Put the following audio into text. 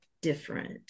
different